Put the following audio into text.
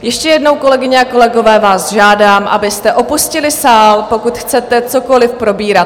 Ještě jednou, kolegyně a kolegové, vás žádám, abyste opustili sál, pokud chcete cokoli probírat.